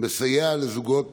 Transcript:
המסייע לזוגות